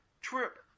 trip